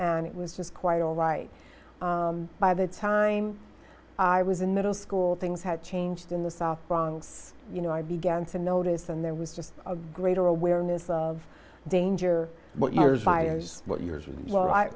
and it was just quite all right by the time i was in middle school things had changed in the south bronx you know i began to notice and there was just a greater awareness of danger